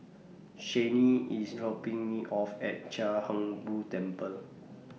Chaney IS dropping Me off At Chia Hung Boo Temple